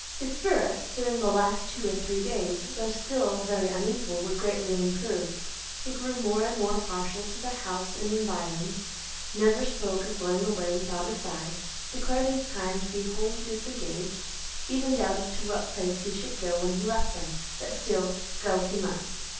his spirits, during the last two or three days, though still very unequal, were greatly improved he grew more and more partial to the house and environs never spoke of going away without a sigh declared his time to be wholly disengaged even doubted to what place he should go when he left them but still, go he must.